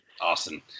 Awesome